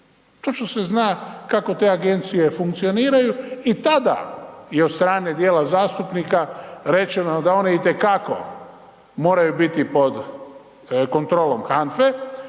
Točno se zna kako te agencije funkcioniraju i tada je od strane dijela zastupnika rečeno da one itekako moraju biti pod kontrolom HANFA-e